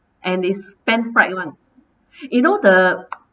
and is pan-fried [one] you know the